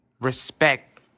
respect